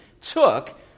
took